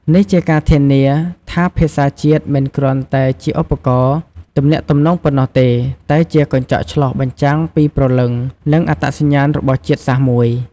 នេះជាការធានាថាភាសាជាតិមិនគ្រាន់តែជាឧបករណ៍ទំនាក់ទំនងប៉ុណ្ណោះទេ តែជាកញ្ចក់ឆ្លុះបញ្ចាំងពីព្រលឹង និងអត្តសញ្ញាណរបស់ជាតិសាសន៍មួយ។